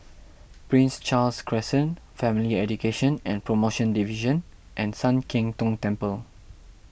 Prince Charles Crescent Family Education and Promotion Division and Sian Keng Tong Temple